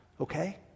okay